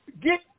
get